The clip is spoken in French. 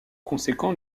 conséquent